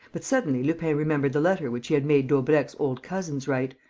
but suddenly lupin remembered the letter which he had made daubrecq's old cousins write,